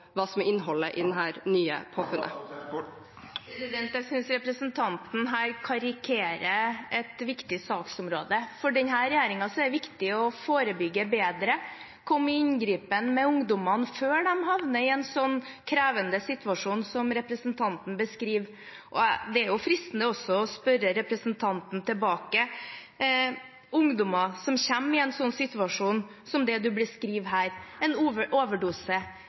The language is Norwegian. hva som er innholdet i denne nye reformen? Jeg synes representanten her karikerer et viktig saksområde. For denne regjeringen er det viktig å forebygge bedre – komme i inngripen med ungdommene før de havner i en krevende situasjon som den representanten beskriver. Det er fristende å spørre representanten tilbake når det gjelder ungdommer som kommer i en situasjon som den som blir beskrevet her – en overdose